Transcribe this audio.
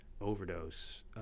overdose